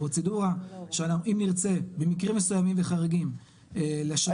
הפרוצדורה אם נרצה במקרים מסוימים וחריגים לשנות משהו.